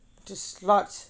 two slots